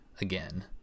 again